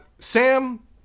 Sam